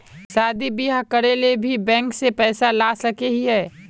शादी बियाह करे ले भी बैंक से पैसा ला सके हिये?